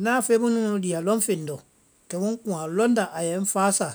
Ŋna fɛŋ munu lia lɔŋ feŋ lɔ, kɛmu ŋ kuŋ a lɔŋ nda a yɛ ŋ fáa sa,